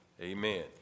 Amen